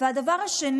2. הדבר שני: